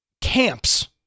camps